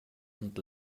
und